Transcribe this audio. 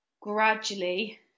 gradually